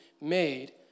made